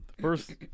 first